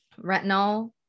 retinol